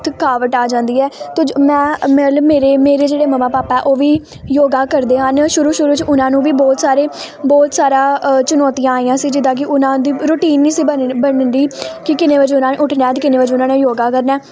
ਥਕਾਵਟ ਆ ਜਾਂਦੀ ਹੈ ਤੋਜ ਮੈਂ ਮੇਰੇ ਲੇ ਮੇਰੇ ਮੇਰੇ ਜਿਹੜੇ ਮੰਮਾ ਪਾਪਾ ਉਹ ਵੀ ਯੋਗਾ ਕਰਦੇ ਹਨ ਸ਼ੁਰੂ ਸ਼ੁਰੂ 'ਚ ਉਹਨਾਂ ਨੂੰ ਵੀ ਬਹੁਤ ਸਾਰੇ ਬਹੁਤ ਸਾਰਾ ਚੁਣੌਤੀਆਂ ਆਈਆਂ ਸੀ ਜਿੱਦਾਂ ਕਿ ਉਹਨਾਂ ਦੀ ਰੁਟੀਨ ਨਹੀਂ ਸੀ ਬਣੀ ਬਣਦੀ ਕਿ ਕਿੰਨੇ ਵਜੇ ਉਹਨਾਂ ਨੇ ਉੱਠਣਾ ਅਤੇ ਕਿੰਨੇ ਵਜੇ ਉਹਨਾਂ ਨੇ ਯੋਗਾ ਕਰਨਾ